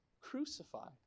crucified